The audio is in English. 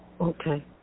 Okay